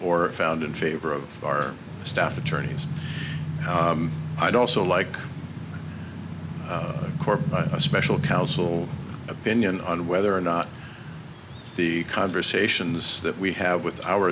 or found in favor of our staff attorneys i'd also like a special counsel opinion on whether or not the conversations that we have with our